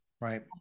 right